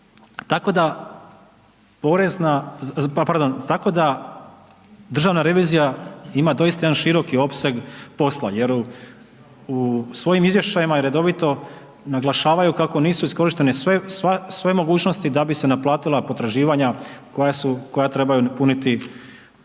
tako da državna revizija ima doista jedan široki opseg posla, jer u svojim izvješćima redovito i naglašavaju kako nisu iskorištene sve mogućnosti da bi se naplatila potraživanja koja su, koja trebaju puniti javni